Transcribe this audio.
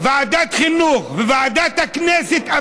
ועדת חינוך ועדת הכנסת,